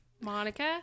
Monica